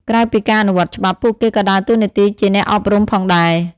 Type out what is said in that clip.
ក្រៅពីការអនុវត្តច្បាប់ ពួកគេក៏ដើរតួនាទីជា អ្នកអប់រំ ផងដែរ។